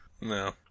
No